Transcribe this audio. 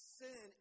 sin